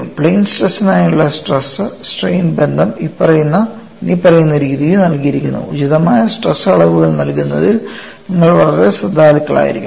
plain സ്ട്രെസ്നായുള്ള stress strain ബന്ധം ഇനിപ്പറയുന്ന രീതിയിൽ നൽകിയിരിക്കുന്നു ഉചിതമായ സ്ട്രെസ് അളവുകൾ നൽകുന്നതിൽ നിങ്ങൾ വളരെ ശ്രദ്ധാലുവായിരിക്കണം